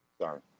Sorry